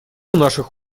наших